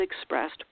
expressed